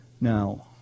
Now